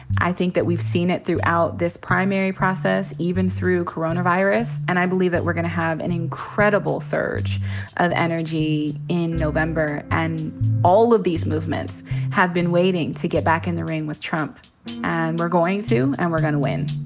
i think that we've seen it throughout this primary process, even through coronavirus. and i believe that we're gonna have an incredible surge of energy in november and all of these movements have been waiting to get back in the ring with trump and we're going to and we're gonna win.